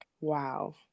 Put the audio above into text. wow